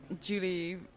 Julie